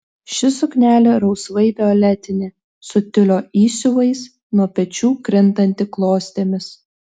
ši suknelė rausvai violetinė su tiulio įsiuvais nuo pečių krintanti klostėmis